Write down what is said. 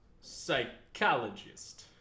psychologist